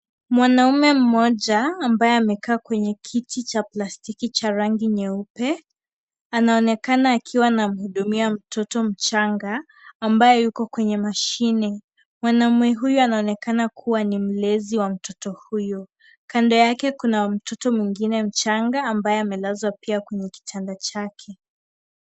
mwanaume mmoja ambaye amekaa kwenye kiti Cha plastiki Cha rangi nyeupe, anaonekana akiwa anamhudumia mtoto mchanga ,ambaye Yuko kwenye mashine, mwanaume huyu anaonekana kuwa ni mlezi wa mtoto huyo, kando yake Kuna mtoto mwingine mchanga ambaye amelazwa pia kwenye kitanda chake .